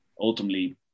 ultimately